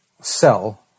sell